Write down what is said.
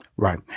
Right